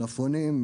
במלפפונים,